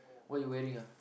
what you wearing ah